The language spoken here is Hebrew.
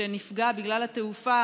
שנפגע בגלל התעופה,